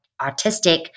autistic